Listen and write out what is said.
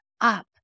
up